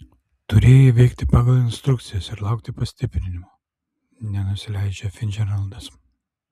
turėjai veikti pagal instrukcijas ir laukti pastiprinimo nenusileidžia ficdžeraldas